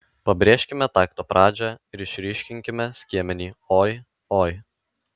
pabrėžkime takto pradžią ir išryškinkime skiemenį oi oi